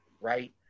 right